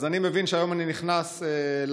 אז אני מבין שהיום אני נכנס ללא-ממלכתיים.